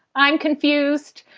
i'm confused.